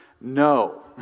No